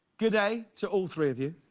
good day to all three of you.